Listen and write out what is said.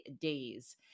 days